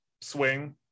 swing